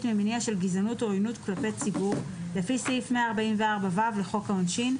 ממניע של גזענות או עוינות כלפי ציבור לפי סעיף 144ו לחוק העונשין,